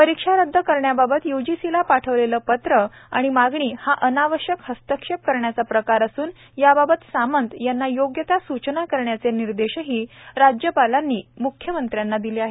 परीक्षा रद्द करण्याबाबत य्जीसीला पाठवलेलं पत्र आणि मागणी हा अनावश्यक हस्तक्षेप करण्याचा प्रकार असून याबाबत सामंत यांना योग्य त्या सूचना करण्याचे निर्देशही राज्यपालांनी म्ख्यमंत्र्यांना दिले आहेत